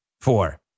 four